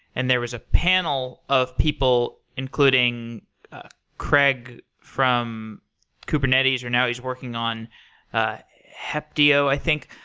and there was a panel of people including craig from kubernetes, or now he's working on heptio, i think.